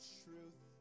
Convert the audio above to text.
truth